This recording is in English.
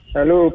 Hello